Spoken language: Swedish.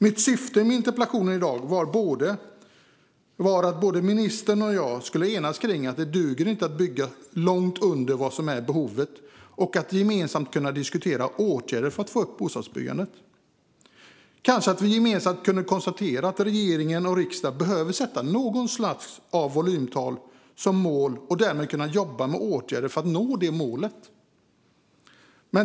Mitt syfte med interpellationen i dag var att ministern och jag skulle enas om att det inte duger att bygga långt under behovet och om att gemensamt diskutera åtgärder för att få upp bostadsbyggandet. Kanske skulle vi gemensamt kunna konstatera att regeringen och riksdagen behöver sätta något slags volymtal som mål och därmed kunna jobba med åtgärder för att nå det målet.